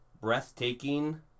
Breathtaking